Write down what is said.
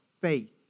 faith